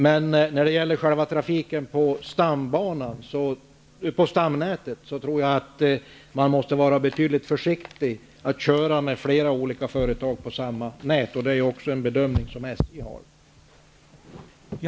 Men när det gäller själva trafiken på stamnätet, tror jag att man måste vara betydligt mer försiktig med att låta flera olika företag köra på samma nät. Det är också den bedömning som SJ